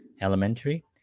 Elementary